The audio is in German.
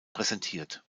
präsentiert